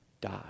die